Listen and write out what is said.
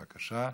בבקשה,